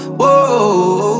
whoa